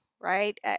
right